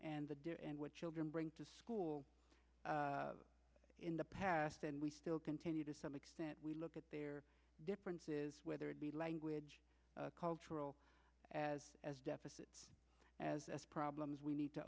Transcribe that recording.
and the do and what children bring to school in the past and we still continue to some extent we look at their differences whether it be language cultural as as deficit as problems we need to